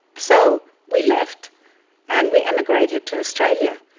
so we left and we emigrated to australia,